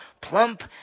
plump